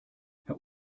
herr